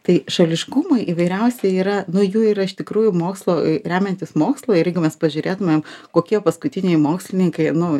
tai šališkumai įvairiausi yra nu jų yra iš tikrųjų mokslo remiantis mokslu ir jeigu mes pažiūrėtumėm kokie paskutiniai mokslininkai nu